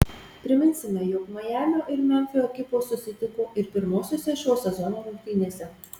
priminsime jog majamio ir memfio ekipos susitiko ir pirmosiose šio sezono rungtynėse